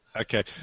Okay